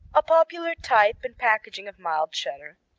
a popular type and packaging of mild cheddar,